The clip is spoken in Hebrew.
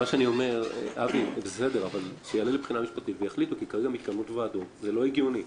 שיעלה לבחינה משפטית ויחליטו כי כרגע מתקיימות ועדות וזה לא הגיוני.